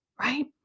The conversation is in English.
right